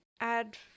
add